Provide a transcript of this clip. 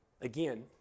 Again